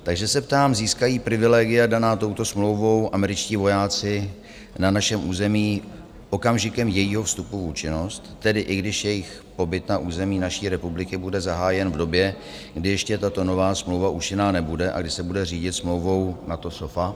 Takže se ptám, získají privilegia daná touto smlouvou američtí vojáci na našem území okamžikem jejího vstupu v účinnost, tedy i když jejich pobyt na území naší republiky bude zahájen v době, kdy ještě tato nová smlouva účinná nebude a kdy se bude řídit smlouvou NATO SOFA?